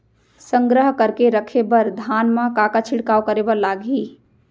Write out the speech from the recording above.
संग्रह करके रखे बर धान मा का का छिड़काव करे बर लागही?